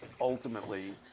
ultimately